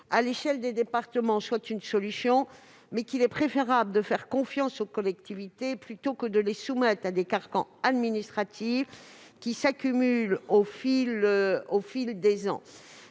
à l'échelle des départements soit une solution. Il est préférable de faire confiance aux collectivités, plutôt que de les soumettre à des carcans administratifs qui s'accumulent au fil des ans.